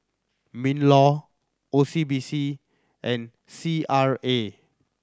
MinLaw O C B C and C R A